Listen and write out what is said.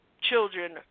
children